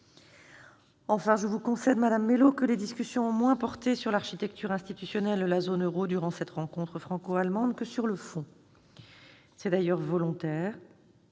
Enfin, je vous le concède, madame Mélot, les discussions ont moins porté sur l'architecture institutionnelle de la zone euro durant cette rencontre franco-allemande que sur le fond. C'est d'ailleurs volontaire,